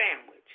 sandwich